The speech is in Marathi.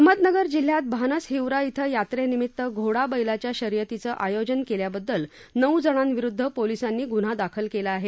अहमदनगर जिल्ह्यात भानस हिवरा इथं यात्रेनिमित्त घोडा बैलाच्या शर्यतीचं आयोजन केल्याबद्दल नऊ जणांविरुद्ध पोलिसांनी गुन्हा दाखल केला आहे